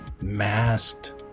masked